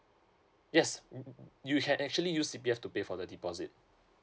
yes you can actually use C_P_F to pay for the deposit